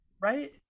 right